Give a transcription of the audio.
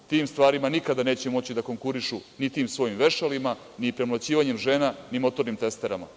Tim stvarima nikada neće moći da konkurišu, ni tim svojim vešalima, ni premlaćivanjem žena, ni motornim testerama.